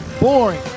boring